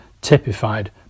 typified